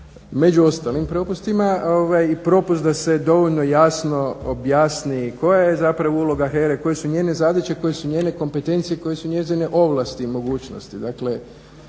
među ostalim propustima i propust da se dovoljno jasno objasni koja je zapravo uloga HERA-e, koje su njene zadaće, koje su njene kompetencije, koje su njezine ovlasti i mogućnosti.